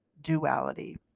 duality